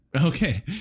Okay